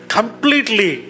Completely